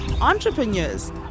entrepreneurs